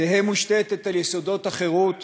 תהא מושתתת על יסודות החירות,